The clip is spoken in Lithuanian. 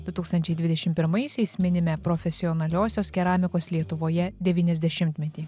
du tūkstančiai dvidešim pirmaisiais minime profesionaliosios keramikos lietuvoje devyniasdešimtmetį